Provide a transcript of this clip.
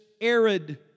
arid